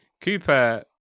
Cooper